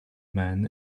man